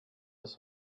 his